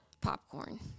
Popcorn